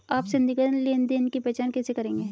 आप संदिग्ध लेनदेन की पहचान कैसे करेंगे?